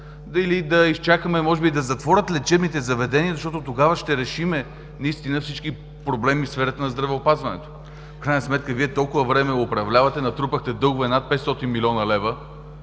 Дали да изчакаме, може би, да затворят лечебните заведения, защото тогава ще решим наистина всички проблеми в сферата на здравеопазването? В крайна сметка Вие толкова време управлявате, натрупахте дългове над 500 млн. лв.,